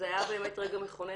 זה היה באמת רגע מכונן,